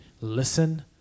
listen